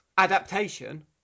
adaptation